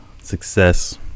success